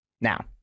Now